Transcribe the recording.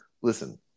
listen